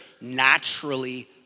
naturally